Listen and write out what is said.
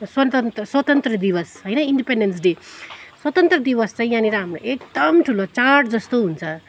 स्वतन्त् स्वतन्त्र दिवस होइन इन्डिपेन्डेन्स डे स्वतन्त्र दिवस चाहिँ यहाँनिर हाम्रो एकदम ठुलो चाड जस्तो हुन्छ